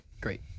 Great